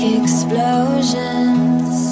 explosions